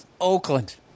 Oakland